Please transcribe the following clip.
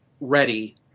ready